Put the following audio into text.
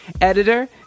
editor